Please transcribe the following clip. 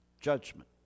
judgment